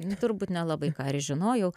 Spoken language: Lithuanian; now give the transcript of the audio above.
nu turbūt nelabai ką ir žinojau